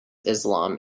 islam